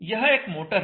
यह एक मोटर है